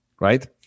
right